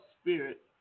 spirit